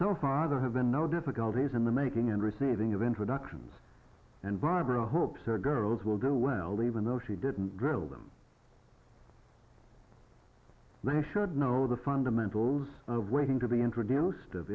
so father have been no difficulties in the making and receiving of introductions and barbara hopes her girls will go well even though she didn't grill them they should know the fundamentals of waiting to be introduced of